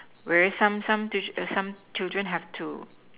whereas some some tuition some children have to